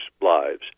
lives